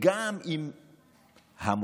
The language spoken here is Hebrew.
גם אם המורה,